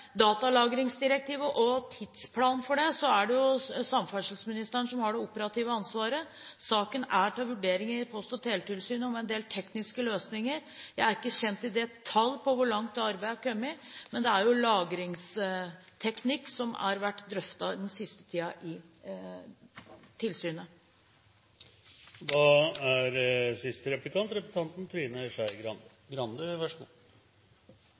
datalagringsdirektivet og tidsplanen for det, er det samferdselsministeren som har det operative ansvaret. Saken er til vurdering i Post- og teletilsynet – om en del tekniske løsninger. Jeg er ikke i detalj kjent med hvor langt det arbeidet har kommet, men det er lagringsteknikk som har vært drøftet den siste tiden i tilsynet.